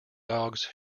dogs